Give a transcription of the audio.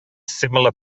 similar